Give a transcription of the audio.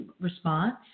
response